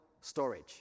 storage